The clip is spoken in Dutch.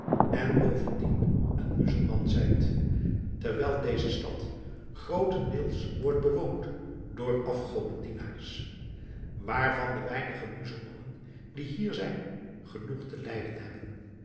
en bovendien een muzelman zijt terwijl deze stad grootendeels wordt bewoond door afgodendienaars waarvan de weinige muzelmannen die hier zijn genoeg te lijden hebben